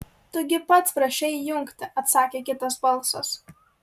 tu gi pats prašei įjungti atsakė kitas balsas